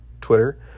Twitter